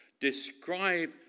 describe